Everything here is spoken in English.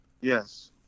Yes